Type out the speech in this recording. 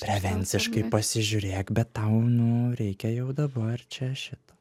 prevenciškai pasižiūrėk bet tau nu reikia jau dabar čia šitą